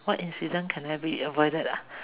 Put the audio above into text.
what incident can I be avoided